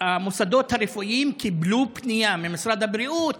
המוסדות הרפואיים קיבלו פנייה פרקטית ממשרד הבריאות